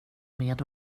med